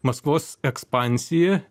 maskvos ekspansija